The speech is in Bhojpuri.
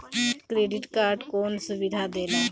क्रेडिट कार्ड कौन सुबिधा देला?